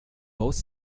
both